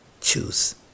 choose